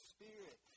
Spirit